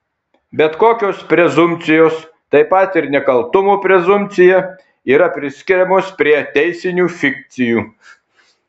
bet kokios prezumpcijos taip pat ir nekaltumo prezumpcija yra priskiriamos prie teisinių fikcijų